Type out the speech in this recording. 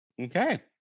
Okay